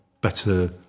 better